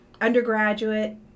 undergraduate